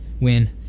win